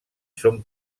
són